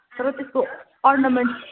तर त्यसको अर्नमेन्ट्स